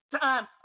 Time